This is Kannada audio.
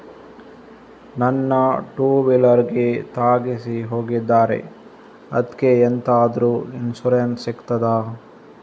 ನನ್ನ ಟೂವೀಲರ್ ಗೆ ತಾಗಿಸಿ ಹೋಗಿದ್ದಾರೆ ಅದ್ಕೆ ಎಂತಾದ್ರು ಇನ್ಸೂರೆನ್ಸ್ ಸಿಗ್ತದ?